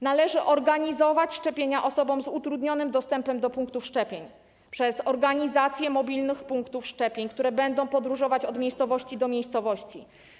Należy organizować szczepienia dla osób z utrudnionym dostępem do punktów szczepień, poprzez organizację mobilnych punktów szczepień, które będą podróżować od miejscowości do miejscowości.